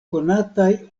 konataj